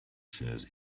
says